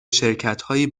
شرکتهایی